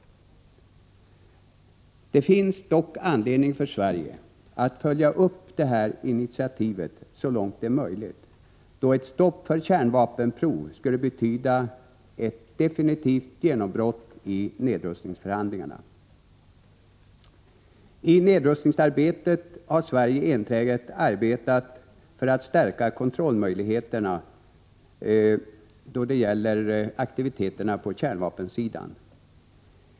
Det finns dock anledning för Sverige att följa upp detta initiativ så långt det är möjligt, då ett stopp för kärnvapenprov skulle betyda ett definitivt genombrott i nedrustningsförhandlingarna. I nedrustningsarbetet har Sverige enträget arbetat för att stärka kontrollmöjligheterna då det gäller aktiviteterna på kärnvapensidan.